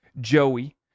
Joey